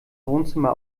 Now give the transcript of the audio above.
wohnzimmer